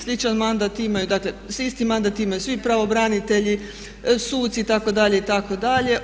Sličan mandat imaju, dakle isti mandat imaju svi pravobranitelji, suci itd., itd.